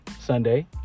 Sunday